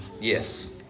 Yes